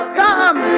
come